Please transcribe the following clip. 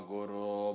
Guru